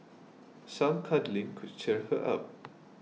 some cuddling could cheer her up